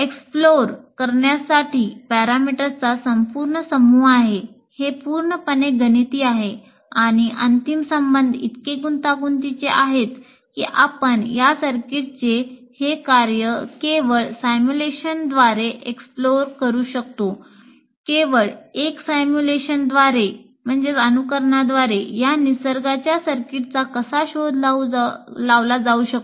explore वर कार्य करते